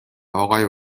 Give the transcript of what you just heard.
اقای